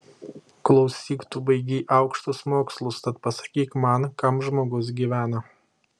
klausyk tu baigei aukštus mokslus tad pasakyk man kam žmogus gyvena